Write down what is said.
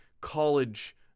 college